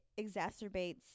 exacerbates